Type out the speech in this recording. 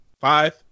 five